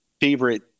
favorite